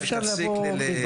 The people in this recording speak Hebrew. אפשר לבוא ולהתווכח.